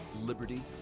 Liberty